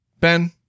ben